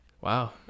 wow